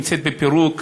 שנמצאת בפירוק,